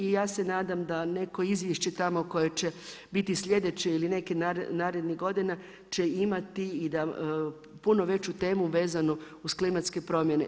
I ja se nadam da neko izvješće tamo koje će biti sljedeće ili nekih narednih godina će imati i puno veću temu vezanu uz klimatske promjene.